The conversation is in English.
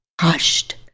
hushed